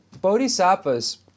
bodhisattvas